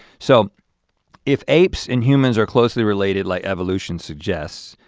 so if apes and humans are closely related like evolution suggests,